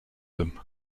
him